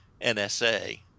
NSA